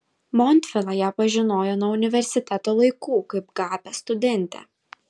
montvila ją pažinojo nuo universiteto laikų kaip gabią studentę